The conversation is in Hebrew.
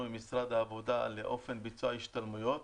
עם משרד העבודה לאופן ביצוע ההשתלמויות.